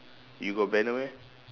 you got banner meh